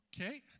Okay